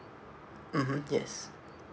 mmhmm yes